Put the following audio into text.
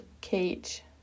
cage